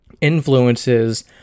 influences